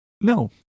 no